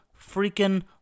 freaking